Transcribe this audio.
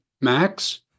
Max